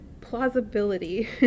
plausibility